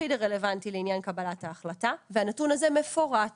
הם אמרו